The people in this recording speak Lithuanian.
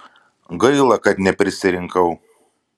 gaila kad neprisirinkau